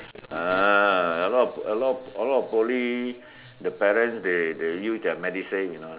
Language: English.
uh a lot of a lot of a lot of Poly the parents they they use their Medisave you know